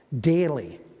daily